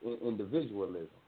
individualism